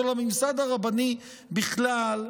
או לממסד הרבני בכלל,